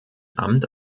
amt